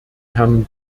herrn